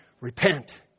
Repent